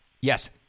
Yes